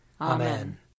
Amen